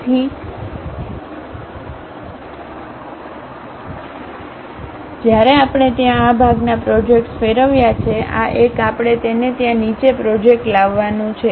તેથી જ્યારે આપણે ત્યાં આ ભાગના પ્રોજેક્ટ્સ ફેરવ્યા છે આ એક આપણે તેને ત્યાં નીચે પ્રોજેક્ટ લાવવાનું છે